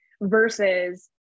versus